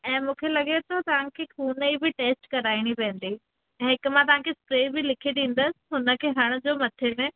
ऐं मूंखे लॻे थो तव्हांखे खून जी बि टैस्ट कराइणी पवंदी ऐं हिकु मां तव्हांखे स्प्रे बि लिखी ॾींदसि हुनखे हणिजो मथे में